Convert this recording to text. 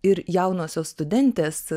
ir jaunosios studentės